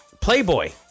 playboy